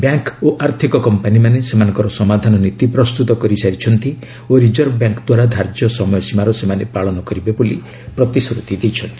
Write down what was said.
bank ଓ ଆର୍ଥକ କମ୍ପାନୀମାନେ ସେମାନଙ୍କର ସମାଧାନ ନୀତି ପ୍ରସ୍ତୁତ କରିସାରିଛନ୍ତି ଓ ରିଜର୍ଭ ବ୍ୟାଙ୍କ୍ଦ୍ୱାରା ଧାର୍ଯ୍ୟ ସମୟ ସୀମାର ସେମାନେ ପାଳନ କରିବେ ବୋଲି ପ୍ରତିଶ୍ରୁତି ଦେଇଛନ୍ତି